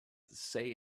say